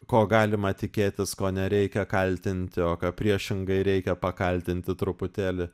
ko galima tikėtis ko nereikia kaltinti o ką priešingai reikia pakaltinti truputėlį